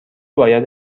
باید